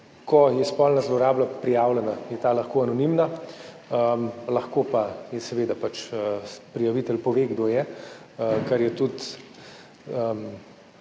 Ko je spolna zloraba prijavljena, je ta lahko anonimna, lahko pa seveda prijavitelj pove, kdo je, kar je tudi